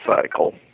cycle